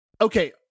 Okay